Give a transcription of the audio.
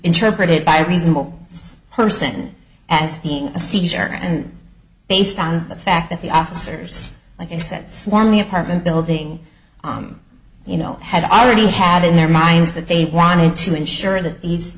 interpreted by a reasonable person as being a seizure and based on the fact that the officers i think that swarm the apartment building on you know had already had in their minds that they wanted to ensure that these